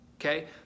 okay